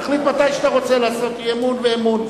תחליט מתי שאתה רוצה לעשות אי-אמון ואמון.